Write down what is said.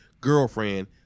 girlfriend